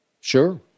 Sure